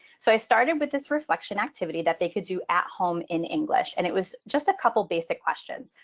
so i started with this reflection activity that they could do at home in english. and it was just a couple basic questions.